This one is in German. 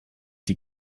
die